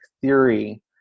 theory